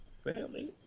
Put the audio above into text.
Family